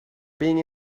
being